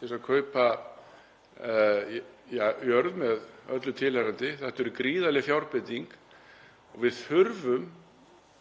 til að kaupa jörð með öllu tilheyrandi. Þetta er gríðarleg fjárbinding. Við þurfum